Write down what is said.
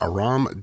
Aram